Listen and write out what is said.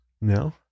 no